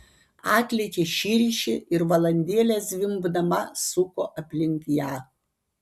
atlėkė širšė ir valandėlę zvimbdama suko aplink ją